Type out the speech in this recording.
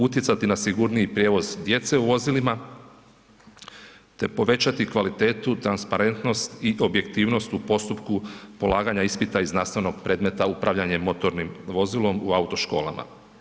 Utjecati na sigurniji prijevoz djece u vozilima te povećati kvalitetu, transparentnost i objektivnost u postupku polaganja ispita iz nastavnog predmeta upravljanje motornim vozilom u autoškolama.